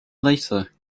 later